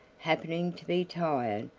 happening to be tired,